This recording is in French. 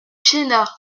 sénat